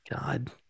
God